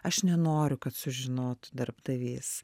aš nenoriu kad sužinotų darbdavys